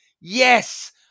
Yes